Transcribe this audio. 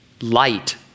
light